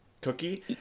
cookie